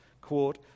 quote